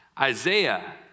Isaiah